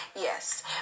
Yes